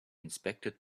inspected